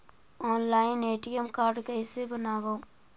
Online ATM card कैसे बनाबौ?